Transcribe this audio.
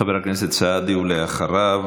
חבר הכנסת סעדי, ואחריו,